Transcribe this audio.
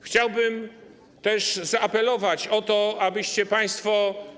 Chciałbym też zaapelować o to, abyście państwo.